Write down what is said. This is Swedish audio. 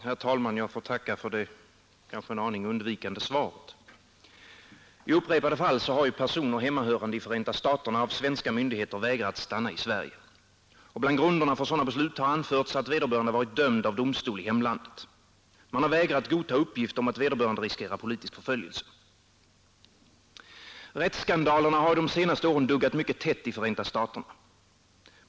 Herr talman! Jag får tacka för det kanske en aning undvikande svaret. I upprepade fall har personer hemmahörande i Förenta staterna av svenska myndigheter vägrats stanna i Sverige. Bland grunderna för sådana beslut har anförts att vederbörande varit dömd av domstol i hemlandet. Man har vägrat godta uppgift att vederbörande riskerar politisk förföljelse. Rättsskandalerna har de senaste åren duggat mycket tätt i Förenta staterna.